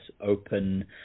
open